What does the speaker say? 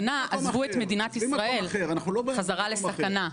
תחת הגנה, עזבו את מדינת ישראל חזרה לסכנה.